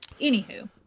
anywho